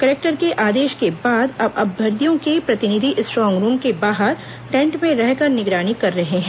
collector के आदेश के बाद अब अभ्यर्थियों के प्रतिनिधि स्ट्रांग रूम के बाहर टेन्ट में रहकर निगरानी कर रहे हैं